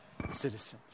citizens